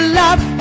love